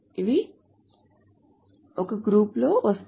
ఇవి మొదటి 4 ఒక గ్రూప్ లో వస్తాయి